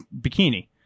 bikini